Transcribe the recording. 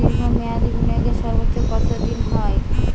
দীর্ঘ মেয়াদি বিনিয়োগের সর্বোচ্চ কত দিনের হয়?